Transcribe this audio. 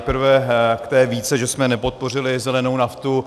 Nejprve k té výtce, že jsme nepodpořili zelenou naftu.